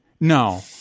No